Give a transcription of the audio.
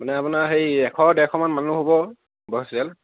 মানে আপোনাৰ হেৰি এশ ডেৰশমান মানুহ হ'ব বয়সীয়াল